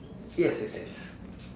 yes yes yes